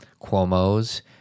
Cuomo's